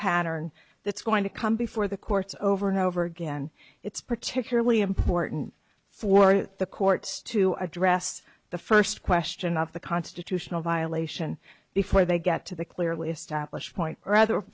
pattern that's going to come before the courts over and over again it's particularly important for the courts to address the first question of the constitutional violation before they get to the clearly established point rather